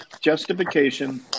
justification